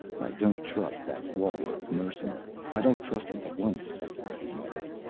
i don't trust that wall-eyed mercenary, i don't trust him for one second, he muttered.